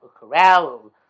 corral